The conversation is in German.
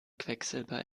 quecksilber